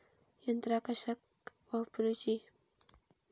यंत्रा कशाक वापुरूची?